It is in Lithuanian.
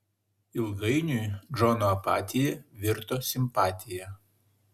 ilgainiui džono apatija virto simpatija